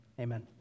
amen